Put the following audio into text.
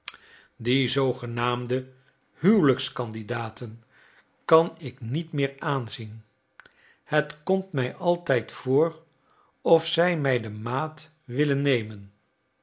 die zoogenaamde huwelijkscandidaten kan ik niet meer aanzien het komt mij altijd voor of zij mij de maat willen nemen